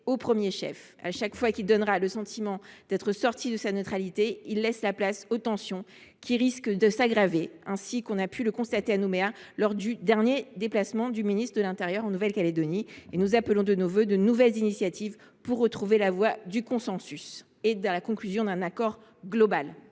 au premier chef. À chaque fois qu’il donne le sentiment d’être sorti de sa neutralité, il laisse la place aux tensions, qui risquent de s’aggraver, comme on a pu le constater à Nouméa lors du dernier déplacement du ministre de l’intérieur en Nouvelle Calédonie. Nous appelons une fois de plus à de nouvelles initiatives pour retrouver la voie du consensus et de la conclusion d’un accord global.